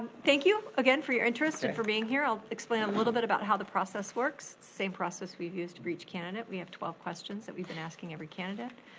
thank you again for your interest and for being here. i'll explain a little bit about how the process works. same process we've used for each candidate. we have twelve questions that we've been asking every candidate.